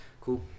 Cool